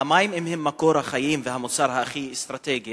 המים הם מקור החיים והמוצר הכי אסטרטגי,